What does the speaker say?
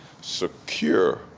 secure